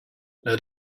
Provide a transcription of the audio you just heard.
let